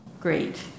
great